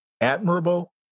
admirable